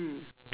mm